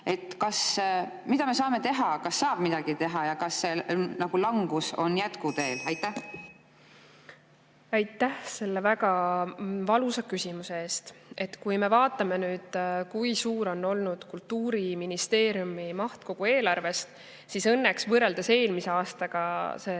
aastal. Mida me saame teha? Kas saab midagi teha ja kas see langus on jätkuteel? Aitäh selle väga valusa küsimuse eest! Kui me vaatame, kui suur on olnud Kultuuriministeeriumi maht kogu eelarves, siis õnneks võrreldes eelmise aastaga on